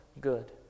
good